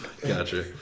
Gotcha